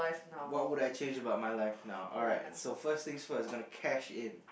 what would I change about my life now alright so first things first gotta cash in